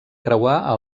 creuar